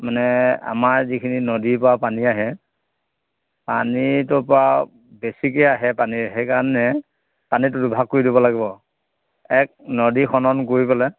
মানে আমাৰ যিখিনি নদীৰ পৰা পানী আহে পানীটোৰ পা বেছিকে আহে পানী সেইকাৰণে পানীটো দুভাগ কৰি দিব লাগিব এক নদীখনন কৰি পেলাই